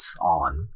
on